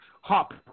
hop